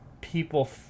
people